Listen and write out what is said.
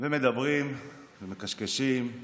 ומדברים ומקשקשים.